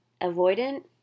avoidant